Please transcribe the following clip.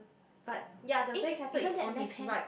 but ya the sandcastle is on his right